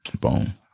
boom